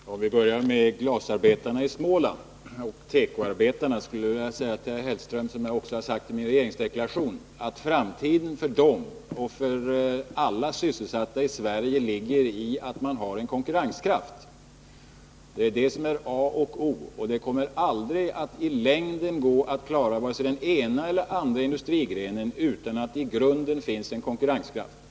Fru talman! Om jag får börja med glasarbetarna i Småland och tekoarbetarna, skulle jag vilja till Mats Hellström säga detsamma som jag också har sagt i regeringsdeklarationen, nämligen att framtiden för dem, liksom för alla som har sysselsättning i Sverige, ligger i att det finns konkurrenskraft. Det är detta som är A och O. I längden går det inte att klara vare sig den ena eller den andra industrigrenen utan att det i grunden finns en konkurrenskraft.